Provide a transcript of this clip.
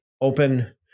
open